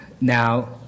Now